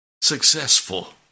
successful